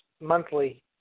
monthly